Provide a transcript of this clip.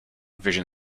vision